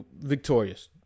victorious